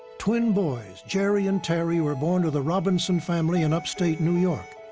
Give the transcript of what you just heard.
twin boys jerry and terry were born to the robinson family in upstate new york.